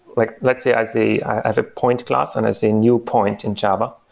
like let's say i say i have a point class and it's a new point in java,